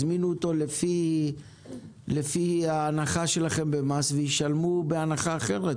הזמינו אותו לפי ההנחה שלכם במס וישלמו בהנחה אחרת.